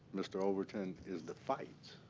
mr. overton, is the fights,